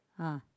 ah